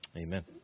Amen